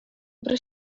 бер